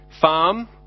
farm